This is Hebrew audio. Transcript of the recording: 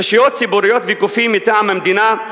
רשויות ציבוריות וגופים מטעם המדינה,